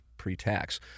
pre-tax